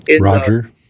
Roger